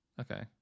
okay